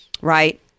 right